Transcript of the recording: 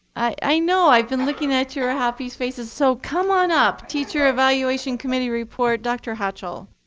i know. i've been looking at your happy faces. so come on up, teacher evaluation committee report. dr. hatchell.